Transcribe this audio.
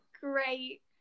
great